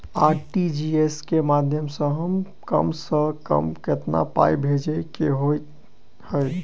RTGS केँ माध्यम सँ कम सऽ कम केतना पाय भेजे केँ होइ हय?